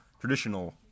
traditional